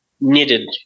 needed